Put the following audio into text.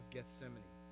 Gethsemane